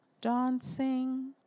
dancing